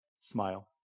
smile